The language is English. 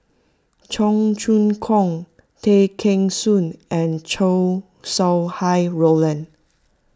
Cheong Choong Kong Tay Kheng Soon and Chow Sau Hai Roland